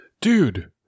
Dude